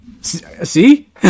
See